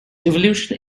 evolution